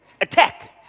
attack